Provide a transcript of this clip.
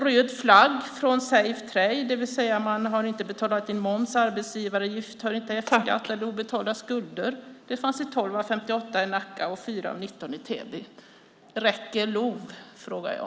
Röd flagg från Safetrade, det vill säga att man inte har betalat in moms och arbetsgivaravgift, att man inte har F-skattsedel eller att man har obetalda skulder, fanns i 12 av 58 företag i Nacka och 4 av 19 i Täby. Räcker LOV, frågar jag?